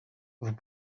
vous